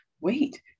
wait